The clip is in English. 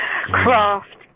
craft